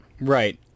Right